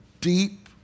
deep